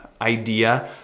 idea